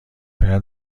شاید